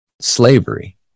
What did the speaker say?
slavery